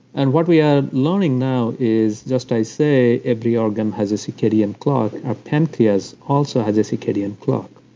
and what we are learning now is just i say, every organ has a circadian clock, our pancreas also has a circadian clock.